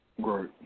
Great